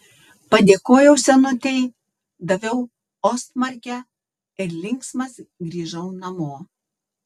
padėkojau senutei daviau ostmarkę ir linksmas grįžau namo